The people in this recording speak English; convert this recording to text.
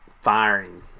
firing